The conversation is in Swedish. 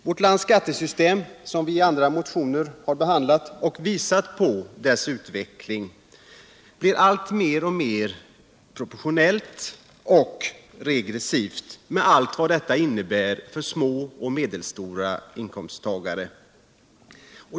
Vår lands skattesystem — vi har i olika motioner behandlat detta och visat på utvecklingen — blir alltmer proportionellt och regressivt med allt vad detta innebär för små och medelstora inkomsttagare.